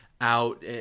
out